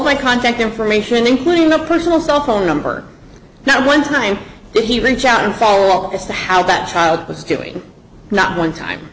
my contact information including the personal cell phone number now one time did he reach out and follow up as to how that child was doing not one time